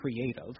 creative